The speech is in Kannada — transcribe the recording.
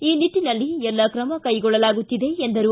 ಈ ನಿಟ್ಟನಲ್ಲಿ ಎಲ್ಲ ಕ್ರಮ ಕೈಗೊಳ್ಳಲಾಗುತ್ತಿದೆ ಎಂದರು